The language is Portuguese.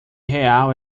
real